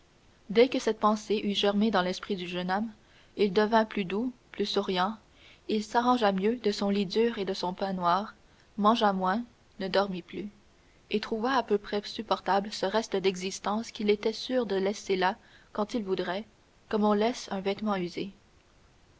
dès que cette pensée eut germé dans l'esprit du jeune homme il devint plus doux plus souriant il s'arrangea mieux de son lit dur et de son pain noir mangea moins ne dormit plus et trouva à peu près supportable ce reste d'existence qu'il était sûr de laisser là quand il voudrait comme on laisse un vêtement usé